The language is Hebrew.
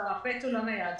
לא, זה לא מכשיר נייד.